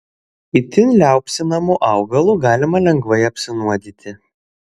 itin liaupsinamu augalu galima lengvai apsinuodyti